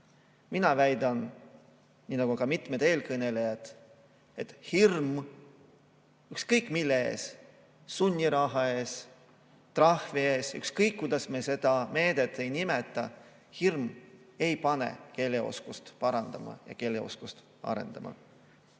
Mina väidan, nii nagu ka mitmed eelkõnelejad, et hirm ükskõik mille ees, sunniraha ees, trahvi ees, ükskõik kuidas me seda meedet ei nimeta, ei pane keeleoskust parandama ja keeleoskust arendama.